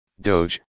Doge